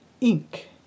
Ink